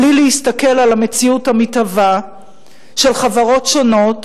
בלי להסתכל על המציאות המתהווה של חברות שונות